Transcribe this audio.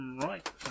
right